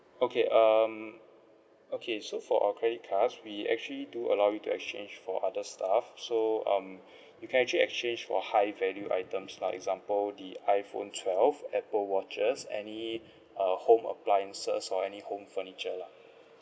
okay um okay so for our credit cards we actually do allow you to exchange for other stuffs so um you can actually exchange for high value items lah example the iPhone twelve apple watches any uh home appliances or any home furniture lah